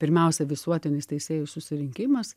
pirmiausia visuotinis teisėjų susirinkimas